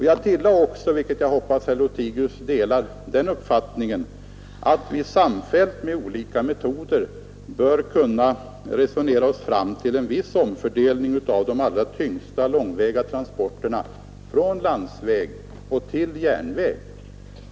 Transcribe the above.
Jag tillade också att — och jag hoppas att herr Lothigius delar den uppfattningen — vi samfällt och med olika metoder bör kunna resonera oss fram till en viss omfördelning av de allra tyngsta långväga transporterna från landsväg till järnväg.